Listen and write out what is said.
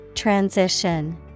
transition